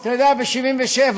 אתה יודע, ב-1977,